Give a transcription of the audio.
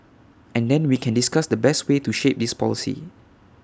and then we can discuss the best way to shape this policy